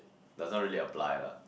doesn't really apply lah